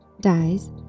dies